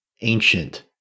ancient